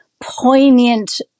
poignant